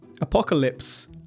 Apocalypse